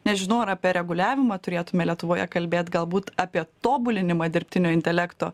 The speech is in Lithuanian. nežinau ar apie reguliavimą turėtume lietuvoje kalbėt galbūt apie tobulinimą dirbtinio intelekto